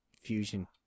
Fusion